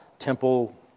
temple